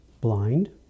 blind